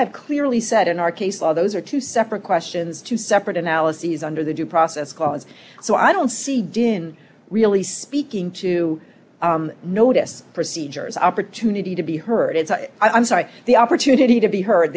have clearly said in our case law those are two separate questions two separate analyses under the due process clause so i don't see didn't really speaking to notice procedures opportunity to be heard i'm sorry the opportunity to be heard